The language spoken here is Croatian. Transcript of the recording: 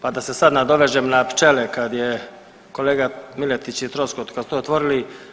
Pa da se sad nadovežem na pčele kad je kolega Miletić i Troskot kad su to otvorili.